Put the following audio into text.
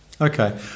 Okay